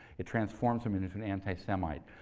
it transforms him into an anti-semite.